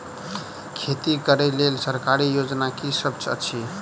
खेती करै लेल सरकारी योजना की सब अछि?